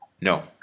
No